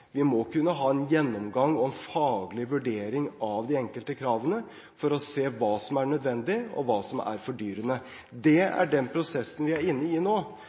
Vi må kunne ha en gjennomgang og en faglig vurdering av de enkelte kravene for å se hva som er nødvendig, og hva som er fordyrende. Det er den prosessen vi er inne i nå,